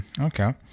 Okay